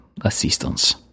assistance